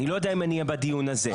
אני לא יודע אם אני אהיה בדיון הזה,